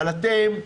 אבל אתם,